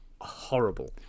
horrible